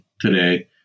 today